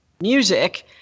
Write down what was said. music